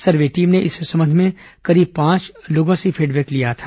सर्वे team ने इस संबंध में करीब पांच लोगों से फीडबैक लिया था